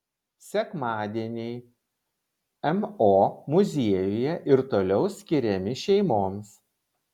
sekmadieniai mo muziejuje ir toliau skiriami šeimoms